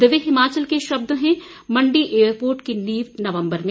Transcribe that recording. दिव्य हिमाचल के शब्द हैं मंडी एयरपोर्ट की नींव नवंबर में